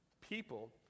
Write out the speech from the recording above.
People